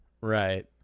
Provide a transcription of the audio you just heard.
Right